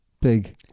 big